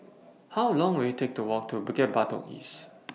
How Long Will IT Take to Walk to Bukit Batok East